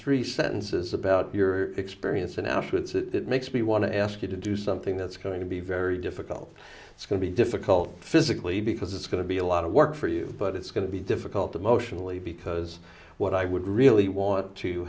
three sentences about your experience in auschwitz it makes me want to ask you to do something that's going to be very difficult it's going to be difficult physically because it's going to be a lot of work for you but it's going to be difficult emotionally because what i would really want to